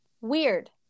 weird